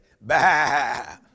bah